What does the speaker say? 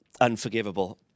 unforgivable